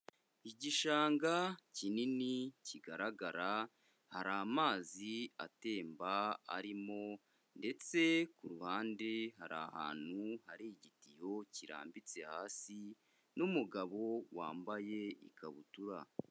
Igishanga kinini kigaragara, hari amazi atemba arimo ndetse ku ruhande hari ahantu hari igiyo kirambitse hasi n'umugabo wambaye ikabutura.